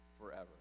forever